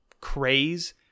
craze